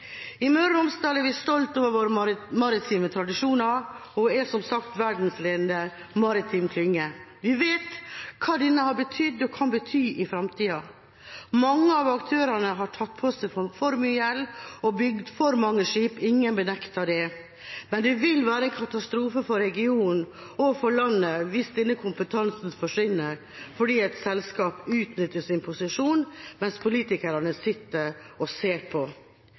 I Møre og Romsdal er vi stolte av våre maritime tradisjoner og har som sagt en verdensledende maritim klynge. Vi vet hva denne har betydd og kan bety i framtiden. Mange av aktørene har tatt på seg for mye gjeld og bygget for mange skip, ingen benekter det. Men det vil være en katastrofe for regionen og for landet hvis denne kompetansen forsvinner fordi et selskap utnytter sin posisjon, mens politikerne sitter og ser på.